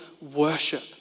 worship